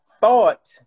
thought